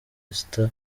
esther